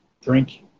drink